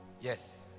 Yes